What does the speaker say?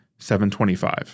725